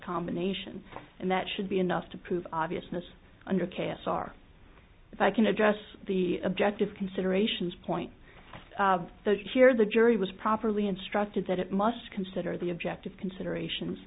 combination and that should be enough to prove obviousness under k s r if i can address the objective considerations point here the jury was properly instructed that it must consider the objective considerations